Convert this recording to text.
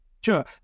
sure